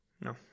No